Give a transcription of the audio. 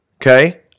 Okay